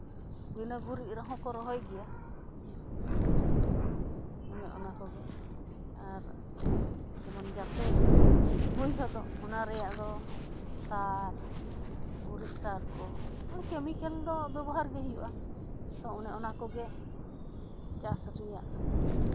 ᱵᱤᱱᱟᱹ ᱜᱩᱨᱤᱡ ᱨᱮᱦᱚᱸ ᱠᱚ ᱨᱚᱦᱚᱭ ᱜᱮᱭᱟ ᱚᱱᱮ ᱚᱱᱟ ᱠᱚᱜᱮ ᱟᱨ ᱡᱮᱢᱚᱱ ᱡᱟᱛᱮ ᱦᱩᱭ ᱦᱚᱫᱚᱜ ᱚᱱᱟ ᱨᱮᱭᱟᱜ ᱫᱚ ᱥᱟᱨ ᱜᱩᱨᱤᱡ ᱥᱟᱨ ᱠᱚ ᱠᱮᱢᱤᱠᱮᱞ ᱫᱚ ᱵᱮᱵᱚᱦᱟᱨ ᱜᱮ ᱦᱩᱭᱩᱜᱼᱟ ᱟᱫᱚ ᱚᱱᱮ ᱚᱱᱟ ᱠᱚᱜᱮ ᱪᱟᱥ ᱨᱮᱭᱟᱜ